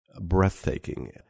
breathtaking